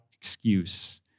excuse